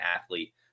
athlete